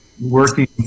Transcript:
working